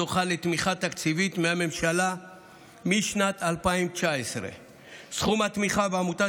זוכה לתמיכה תקציבית מהממשלה משנת 2019. סכום התמיכה בעמותת